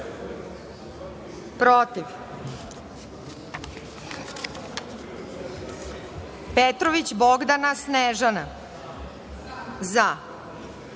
protivPetrović Bogdana Snežana –